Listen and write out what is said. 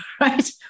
right